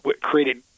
created